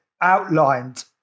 outlined